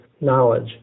knowledge